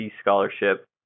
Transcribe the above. scholarship